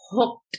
hooked